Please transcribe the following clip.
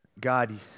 God